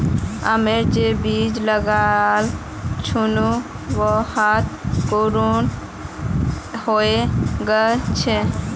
आमेर जे बीज लगाल छिनु वहात अंकुरण हइ गेल छ